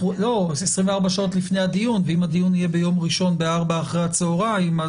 24 שעות לפני הדיון ואם הדיון יהיה ביום ראשון ב-16:00 אחרי הצהריים,